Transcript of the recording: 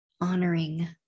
Honoring